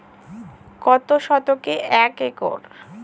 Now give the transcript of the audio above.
কত শতকে এক একর?